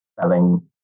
selling